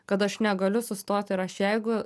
kad aš negaliu sustot ir aš jeigu